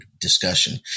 discussion